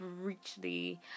richly